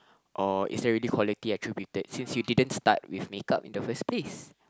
or is there really quality excavated since you didn't start with makeup in the first place